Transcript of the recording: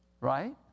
right